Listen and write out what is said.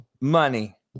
Money